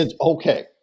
Okay